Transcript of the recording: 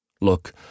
Look